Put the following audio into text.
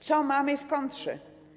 Co mamy w kontrze?